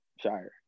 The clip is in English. Shire